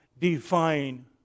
define